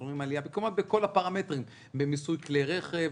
אנחנו רואים עלייה כמעט בכל הפרמטרים במיסוי כלי רכב,